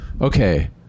Okay